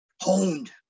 honed